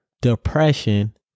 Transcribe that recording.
depression